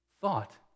Thought